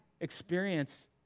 experience